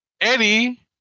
Eddie